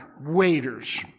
waiters